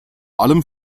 allem